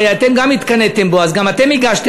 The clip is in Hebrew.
הרי אתם גם התקנאתם בו אז גם אתם הגשתם,